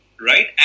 right